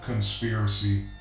conspiracy